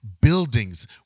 buildings